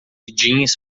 jeans